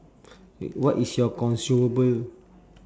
wait what is your consumable